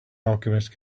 alchemist